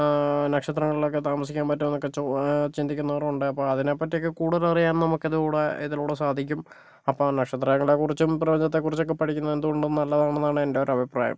നക്ഷത്രങ്ങളിലൊക്കെ താമസിക്കാൻ പറ്റുമോ എന്ന് ചോ ചിന്തിക്കുന്നവരും ഉണ്ട് അപ്പോൾ അതിനൊക്കെ പറ്റി കൂടുതൽ അറിയാൻ നമുക്ക് ഇതിലൂടെ ഇതിലൂടെ സാധിക്കും അപ്പം നക്ഷത്രങ്ങളെ കുറിച്ചും പ്രപഞ്ചത്തെ കുറിച്ചും ഒക്കെ പഠിക്കുന്നത് എന്തുകൊണ്ടും നല്ലതാണ് എന്നതാണ് എൻ്റെ അഭിപ്രായം